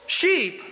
Sheep